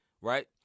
right